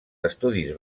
estudis